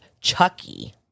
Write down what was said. Chucky